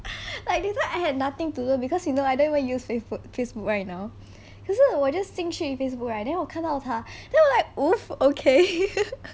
like this one I had nothing to do because you know I don't even use facebo~ facebook right now 可是我 just 进去 facebook right then 我看到他 then I like !oof! okay